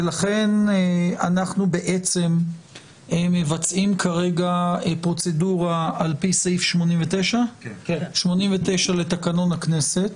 לכן אנחנו בעצם מבצעים כרגע פרוצדורה על פי סעיף 89 לתקנון הכנסת